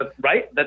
right